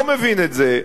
לא מבין את זה,